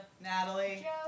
Natalie